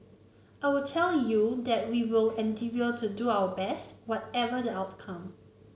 I will tell you that we will endeavour to do our best whatever the outcome